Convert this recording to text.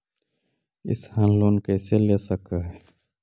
किसान लोन कैसे ले सक है?